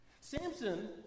Samson